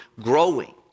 growing